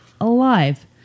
alive